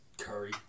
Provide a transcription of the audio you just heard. Curry